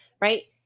right